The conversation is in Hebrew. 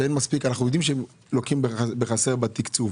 אנחנו יודעים שהם לוקים בחסר בתקצוב,